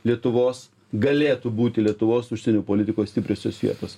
lietuvos galėtų būti lietuvos užsienio politikos stipriosios vietos